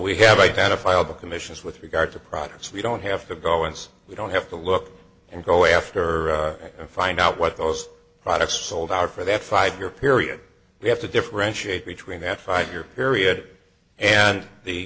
we have identifiable commissions with regard to products we don't have to go and we don't have to look and go after and find out what those products sold out for that five year period we have to differentiate between that five year period and the